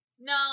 No